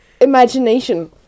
imagination